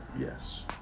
Yes